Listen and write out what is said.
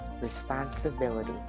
responsibility